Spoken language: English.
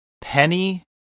Penny